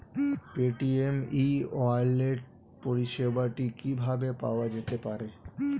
Paytm e wallet পরিষেবাটি কিভাবে পাওয়া যেতে পারে?